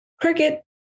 cricket